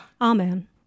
Amen